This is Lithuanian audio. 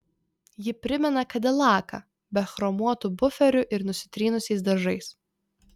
ji primena kadilaką be chromuotų buferių ir nusitrynusiais dažais